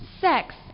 sex